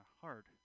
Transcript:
hard